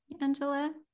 Angela